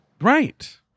right